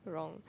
wrong